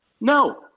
No